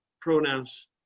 pronouns